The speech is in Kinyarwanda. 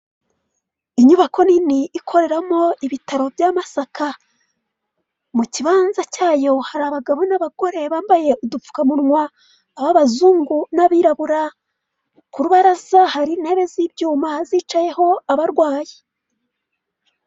Inyubako nini ikoreramo ibitaro bya Masaka, mu kibanza cyayo hari abagabo n'abagore bambaye udupfukamunwa, ab'abazungu n'abirabura, ku rubaraza hari intebe z'ibyuma zicayeho abarwayi.